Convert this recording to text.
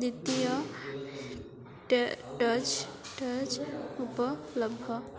ଦ୍ୱିତୀୟ ଡେ dose dose ଉପଲବ୍ଧ